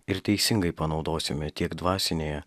ir teisingai panaudosime tiek dvasinėje